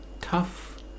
tough